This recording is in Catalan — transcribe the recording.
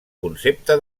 concepte